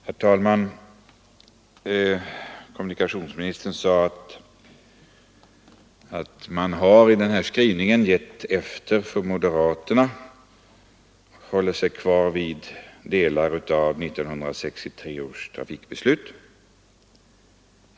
Herr talman! Kommunikationsministern sade att utskottet i sin skrivning har gett efter för moderaterna och håller sig kvar vid delar av 1963 års trafikbeslut.